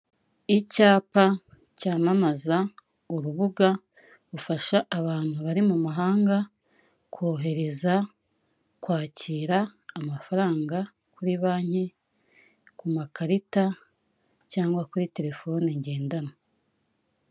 Inzu y'ubucuruzi bugezweho, irimo akabati gasa umweru gafite ububiko bugera kuri butanu bugiye butandukanye, buri bubiko bukaba burimo ibicuruzwa bigiye bitandukanye